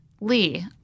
Lee